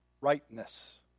rightness